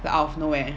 then out of nowhere